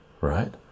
right